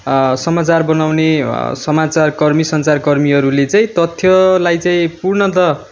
समाचार बनाउने समाचारकर्मी सञ्चारकर्मीहरूले चाहिँ तथ्यलाई चाहिँ पूर्णतः